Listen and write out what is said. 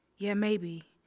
yeah maybe.